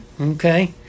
Okay